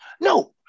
No